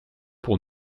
pour